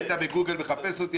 היית מחפש אותי בגוגל,